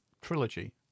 trilogy